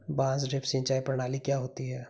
बांस ड्रिप सिंचाई प्रणाली क्या होती है?